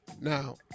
Now